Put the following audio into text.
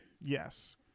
Yes